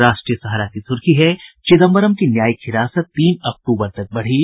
राष्ट्रीय सहारा की सुर्खी है चिदम्बरम की न्यायिक हिरासत तीन अक्टूबर तक बढ़ी